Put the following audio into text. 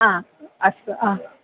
हा अस्तु हा